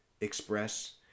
express